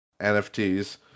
NFTs